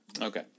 okay